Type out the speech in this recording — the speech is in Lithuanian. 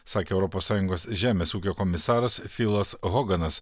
sakė europos sąjungos žemės ūkio komisaras filas hoganas